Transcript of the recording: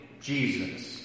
Jesus